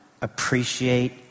appreciate